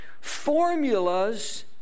formulas